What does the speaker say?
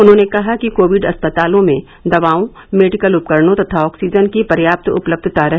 उन्होंने कहा कि कोविड अस्पतालों में दवाओं मेडिकल उपकरणों तथा आक्सीजन की पर्याप्त उपलब्धता रहे